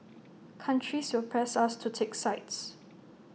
countries will press us to take sides